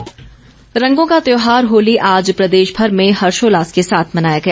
होली रंगों का त्यौहार होली आज प्रदेशभर में हर्षोल्लास के साथ मनाया गया